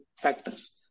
factors